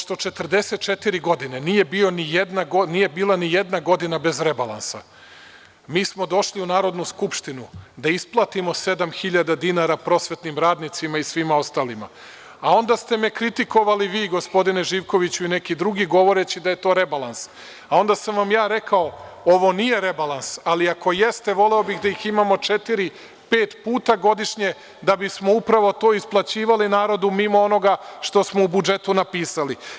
Pošto 44 godine nije bila nijedna godina bez rebalansa, mi smo došli u Narodnu skupštinu, da isplatimo sedam hiljada dinara prosvetnim radnicima i svima ostalima, a onda ste me kritikovali, vi gospodine Živkoviću i neki drugi, govoreći da je to rebalans, a onda sam vam ja rekao, ovo nije rebalans, ali ako jeste, voleo bih da ih imamo četiri, pet puta godišnje, da bismo upravo to isplaćivali narodu, mimo onoga što smo u budžetu napisali.